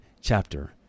chapter